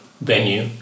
venue